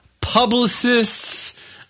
publicists